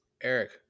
Eric